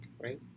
right